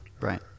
right